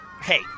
Hey